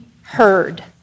heard